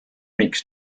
miks